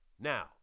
Now